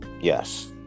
yes